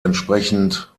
entsprechend